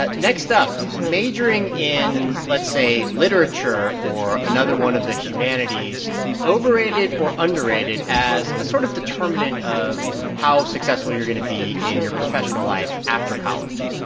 but next up, majoring in, let's say, literature or another one of the humanities overrated or underrated as a sort of determinant of how successful you're going to be in your professional life after college?